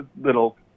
little